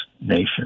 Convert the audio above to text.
nation